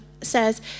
says